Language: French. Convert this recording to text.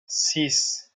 six